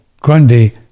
Grundy